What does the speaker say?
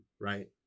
right